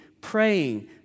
praying